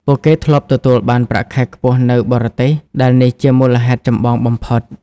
ពួកគេធ្លាប់ទទួលបានប្រាក់ខែខ្ពស់នៅបរទេស ដែលនេះជាមូលហេតុចម្បងបំផុត។